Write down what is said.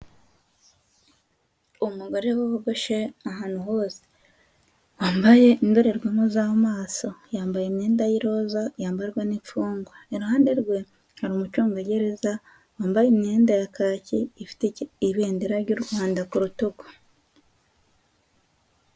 Umugore wogoshe ahantu hose wambaye indorerwamo z'amaso, yambaye imyenda y' iroza yambarwa n'imfugwa, iruhande rwe hari umucungagereza wambaye imyenda ya kaki, ifite ibendera ry'u Rwanda ku rutugu.